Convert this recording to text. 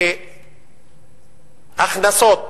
שהכנסות